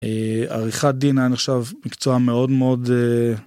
עריכת דין היה נחשב מקצוע מאוד מאוד...